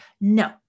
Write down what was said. No